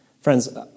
Friends